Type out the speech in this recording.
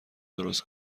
درست